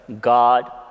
God